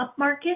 upmarket